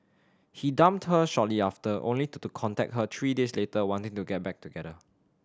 he dumped her shortly after only to the contact her three days later wanting to get back together